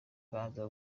banza